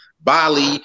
Bali